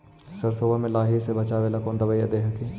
सरसोबा मे लाहि से बाचबे ले कौन दबइया दे हखिन?